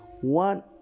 one